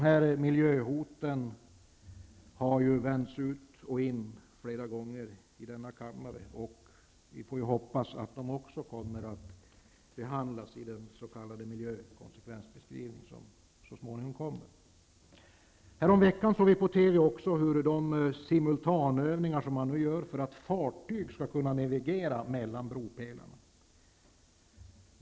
Dessa miljöhot har ju vänts ut och in flera gånger i denna kammare. Vi får hoppas att de också kommer att behandlas i den s.k. miljökonsekvensbeskrivning som kommer så småningom. Häromveckan såg vi också på TV de simultanövningar som man nu gör för att fartyg skall kunna navigera mellan bropelarna.